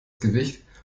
gewicht